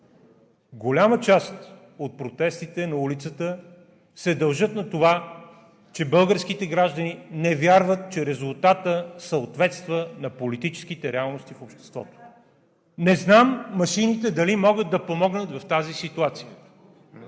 Голяма част от протестите на улицата се дължат на това, че българските граждани не вярват, че резултатът съответства на политическите реалности в обществото. Не знам машините дали могат да помогнат в тази ситуация,